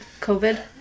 COVID